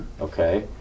Okay